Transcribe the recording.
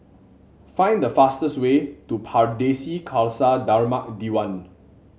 find the fastest way to Pardesi Khalsa Dharmak Diwan